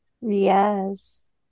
Yes